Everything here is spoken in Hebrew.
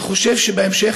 אני חושב שבהמשך,